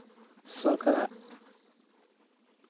ᱥᱚᱨᱠᱟᱨᱟᱜ